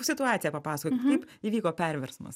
situaciją papasakokit kaip įvyko perversmas